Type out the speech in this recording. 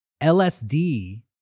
LSD